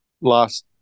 last